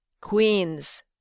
Queens